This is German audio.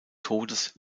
todes